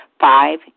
Five